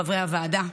חברי הוועדה,